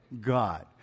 God